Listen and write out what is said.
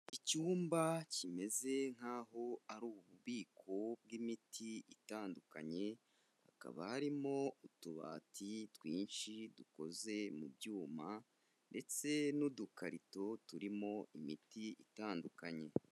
Icyumba kimeze nk'aho ari ububiko bw'imiti itandukanye, hakaba harimo utubati twinshi dukoze mu byuma, ndetse n'udukarito turimo imiti itandukanye.